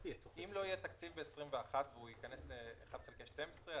אם לא יהיה תקציב ב-21' והוא ייכנס ל-1 חלקי 12,